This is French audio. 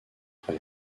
après